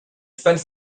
spent